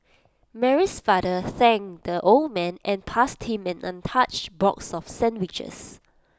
Mary's father thanked the old man and passed him an untouched box of sandwiches